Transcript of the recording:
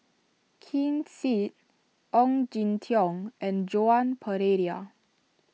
Ken Seet Ong Jin Teong and Joan Pereira